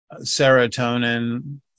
serotonin